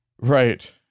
Right